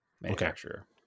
manufacturer